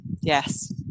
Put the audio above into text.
Yes